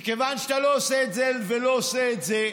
מכיוון שאתה לא עושה את זה ולא עושה את זה,